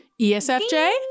ESFJ